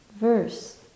verse